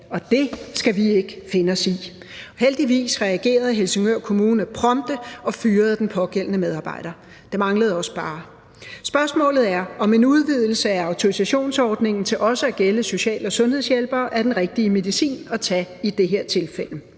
Det skal vi ikke finde os i. Heldigvis reagerede Helsingør Kommune prompte og fyrede den pågældende medarbejder – det manglede også bare. Spørgsmålet er, om en udvidelse af autorisationsordningen til også at gælde social- og sundhedshjælpere er den rigtige medicin at tage i det her tilfælde.